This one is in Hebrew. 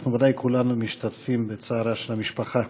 אנחנו ודאי, כולנו, משתתפים בצערה של המשפחה.